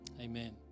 amen